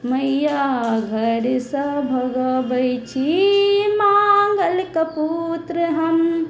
मैया घरसँ भगबै छी मानल कपुत्र हम